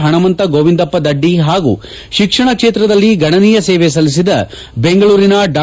ಪಣಮಂತ ಗೋವಿಂದಪ್ಪ ದಡ್ಡಿ ಹಾಗೂ ಶಿಕ್ಷಣ ಕ್ಷೇತ್ರದಲ್ಲಿ ಗಣನೀಯ ಸೇವೆ ಸಲ್ಲಿಸಿದ ಬೆಂಗಳೂರಿನ ಡಾ